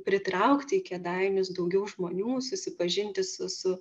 pritraukti į kėdainius daugiau žmonių susipažinti su su